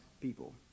people